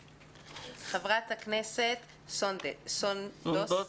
בבקשה, חברת הכנסת סונדוס.